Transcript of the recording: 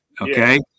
okay